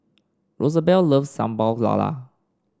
Rosabelle loves Sambal Lala